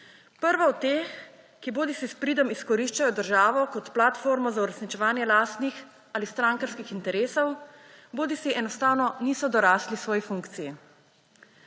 Prva od teh, ki bodisi s pridom izkoriščajo državo kot platformo za uresničevanje lastnih ali strankarskih interesov bodisi enostavno niso dorasli svoji funkciji.